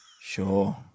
Sure